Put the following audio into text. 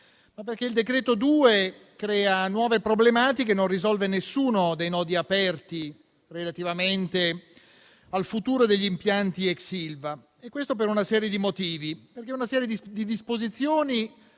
il decreto-legge n. 2 crea nuove problematiche e non risolve nessuno dei nodi aperti relativamente al futuro degli impianti ex Ilva. Questo per una serie di motivi. Una serie di disposizioni